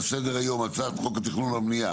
על סדר היום: הצעת חוק התכנון והבנייה